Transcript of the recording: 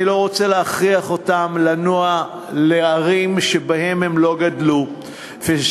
אני לא רוצה להכריח אותם לנוע לערים שהם לא גדלו בהן,